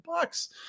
bucks